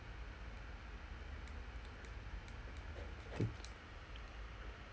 the